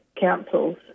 councils